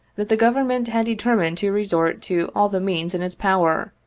that the government had determined to resort to all the means in its power,